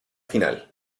final